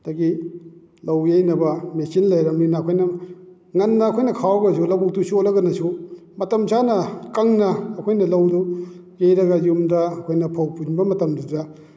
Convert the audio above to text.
ꯑꯗꯨꯗꯒꯤ ꯂꯧ ꯌꯩꯅꯕ ꯃꯦꯆꯤꯂ ꯂꯩꯔꯃꯤꯅ ꯑꯩꯈꯣꯏꯅ ꯉꯟꯅ ꯑꯩꯈꯣꯏꯅ ꯈꯥꯎꯔꯒꯁꯨ ꯂꯧꯕꯨꯛꯇꯨ ꯆꯣꯠꯂꯒꯁꯨ ꯃꯇꯝ ꯆꯥꯅ ꯀꯪꯅ ꯑꯩꯈꯣꯏꯅ ꯂꯧꯗꯨ ꯌꯩꯔꯒ ꯌꯨꯝꯗ ꯑꯩꯈꯣꯏꯅ ꯐꯧ ꯄꯨꯟꯕ ꯃꯇꯝꯗꯨꯗ